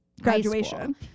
graduation